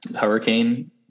hurricane